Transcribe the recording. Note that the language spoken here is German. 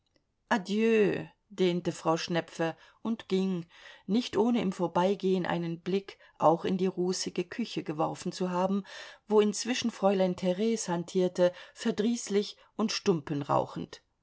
dehnte frau schnepfe und ging nicht ohne im vorbeigehen einen blick auch in die rußige küche geworfen zu haben wo inzwischen fräulein theres hantierte verdrießlich und stumpen rauchend